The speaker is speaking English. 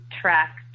track